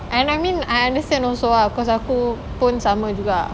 and I mean I understand also lah cause aku pun sama juga